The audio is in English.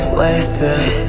wasted